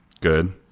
Good